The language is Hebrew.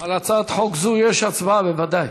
על הצעת חוק זו יש הצבעה, בוודאי.